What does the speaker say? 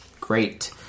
great